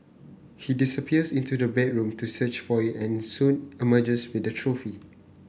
he disappears into the bedroom to search for it and soon emerges with the trophy